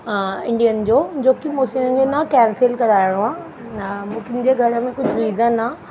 हा इंडियन जो जो की मूं से ना कैंसिल कराइणो आहे मुंहिंजे घर में कुझु रीज़न आहे